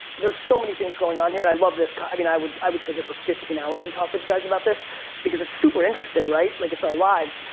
there's so many things going on here and i love this, i mean, i would i would sit here for fifteen hours and talk with you guys about this because it's super-interesting, right, like it's our lives,